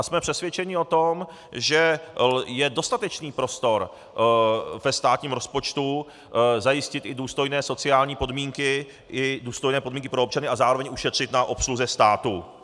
Jsme přesvědčeni o tom, že je dostatečný prostor ve státním rozpočtu zajistit i důstojné sociální podmínky i důstojné podmínky pro občany a zároveň ušetřit na obsluze státu.